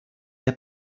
der